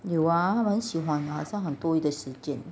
!wah! 他们很喜欢好像很多余时间